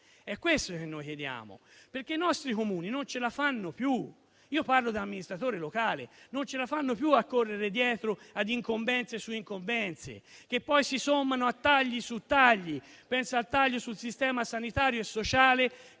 È questo che noi chiediamo, perché i nostri Comuni non ce la fanno più. Io parlo da amministratore locale. I nostri Comuni non ce la fanno più a correre dietro ad incombenze su incombenze, che poi si sommano a tagli su tagli. Penso al taglio sul sistema sanitario e sociale,